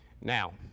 now